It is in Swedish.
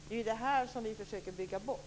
Det är det här som vi försöker bygga bort.